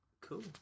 Cool